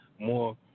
more